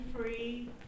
free